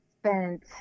spent